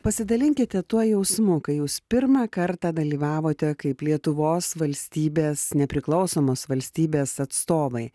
pasidalinkite tuo jausmu kai jūs pirmą kartą dalyvavote kaip lietuvos valstybės nepriklausomos valstybės atstovai